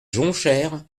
jonchère